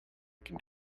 can